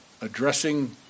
addressing